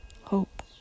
hope